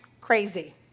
Crazy